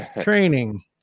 training